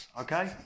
okay